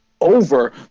over